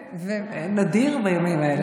נדיר בימים האלה.